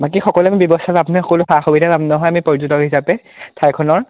বাকী সকলো আমি ব্যৱস্থাটো আপোনাক সকলক সা সুবিধা পাম নহয় আমি পৰ্যটক হিচাপে ঠাইখনৰ